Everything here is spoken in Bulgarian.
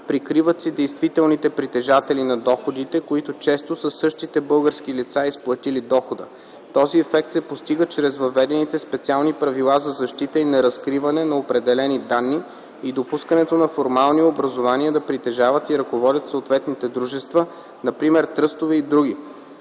прикриват се действителните притежатели на доходите, които често са същите български лица, изплатили дохода; този ефект се постига чрез въведените специални правила за защита и неразкриване на определени данни и допускането на формални образувания да притежават и ръководят съответните дружества, например тръстове и други;